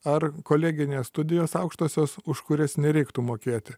ar koleginės studijos aukštosios už kurias nereiktų mokėti